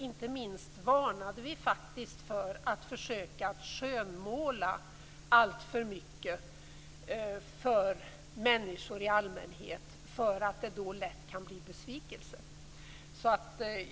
Inte minst varnade vi faktiskt för att försöka att skönmåla alltför mycket för människor i allmänhet, därför att det då lätt kan bli besvikelser.